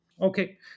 Okay